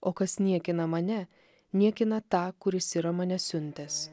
o kas niekina mane niekina tą kuris yra mane siuntęs